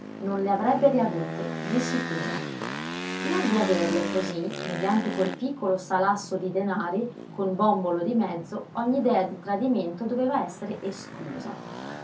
non le avrebbe riavute di sicuro nel riaverle così mediante quel piccolo salasso di denari con bòmbolo di mezzo ogni idea di tradimento doveva essere esclusa